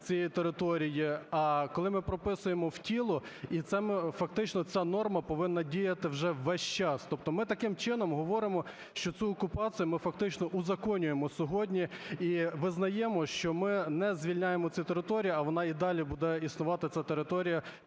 цієї території, а коли ми прописуємо в тіло, і фактично ця норма повинна діяти вже весь час. Тобто ми таким чином говоримо, що цю окупацію ми фактично узаконюємо сьогодні і визнаємо, що ми не звільняємо цю територію, а вона і далі буде існувати ця територія